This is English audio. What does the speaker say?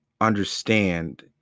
understand